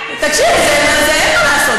תקשיב, זה, אין מה לעשות.